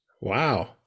Wow